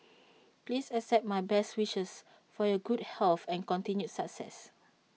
please accept my best wishes for your good health and continued success